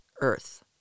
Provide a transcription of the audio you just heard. earth